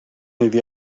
iddi